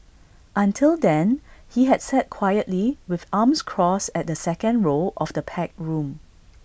until then he had sat quietly with arms crossed at the second row of the packed room